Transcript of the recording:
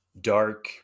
dark